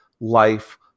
life